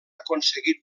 aconseguit